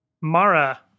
Mara